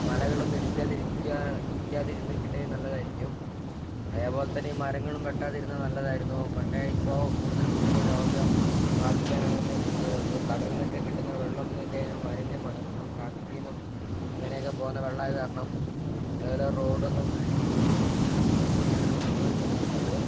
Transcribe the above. മലകളൊന്നും ഇടിക്കാതിരിക്കുക ഇടിക്കാതിരുന്നിട്ടുണ്ടെങ്കിൽ നല്ലതായിരിക്കും അതേപോലെത്തന്നെ ഈ മരങ്ങളും വെട്ടാതിരുന്നാൽ നല്ലതായിരുന്നു പക്ഷേ ഇപ്പോൾ കൂടുതൽ കുട്ടികൾ രോഗം ബാധിക്കാനാണ് കൂടുതലിത് കടലിൽ നിന്നൊക്കെ കിട്ടുന്ന വെള്ളം എന്നു വച്ചു കഴിഞ്ഞാൽ മാലിന്യമാണ് ഫുള്ളും ഫാക്ടറിയിൽ നിന്നും അങ്ങനെയൊക്കെ പോകുന്ന വെള്ളമായതു കാരണം അതേപോലെ റോഡൊന്നും വൃത്തിയില്ല അങ്ങനെയൊക്കെയാണ് ഇപ്പം സംഭവിച്ചു കൊണ്ടിരിക്കുന്നത്